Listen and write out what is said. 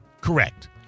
Correct